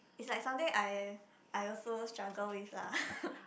it's like something I I also struggle with lah